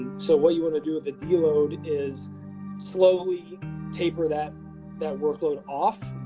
so what you want to do with the deload is slowly taper that that workload off.